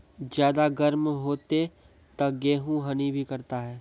ज्यादा गर्म होते ता गेहूँ हनी भी करता है?